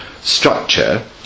structure